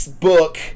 book